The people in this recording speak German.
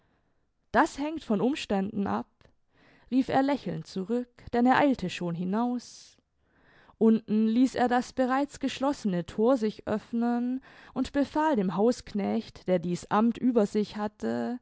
das hängt von umständen ab rief er lächelnd zurück denn er eilte schon hinaus unten ließ er das bereits geschlossene thor sich öffnen und befahl dem hausknecht der dieß amt über sich hatte